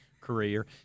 career